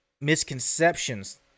misconceptions